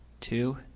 Two